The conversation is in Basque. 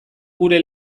gure